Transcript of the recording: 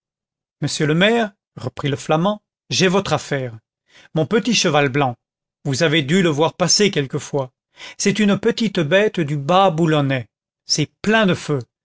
monsieur le maire reprit le flamand j'ai votre affaire mon petit cheval blanc vous avez dû le voir passer quelquefois c'est une petite bête du bas boulonnais c'est plein de feu